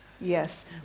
Yes